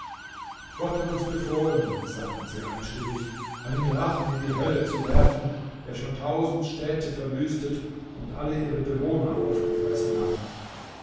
gott hat uns befohlen sagten sie einstimmig einen drachen in die hölle zu werfen der schon tausend städte verwüstet und alle ihre bewohner aufgefressen hat